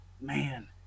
man